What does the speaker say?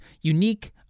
unique